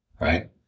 right